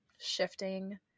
shifting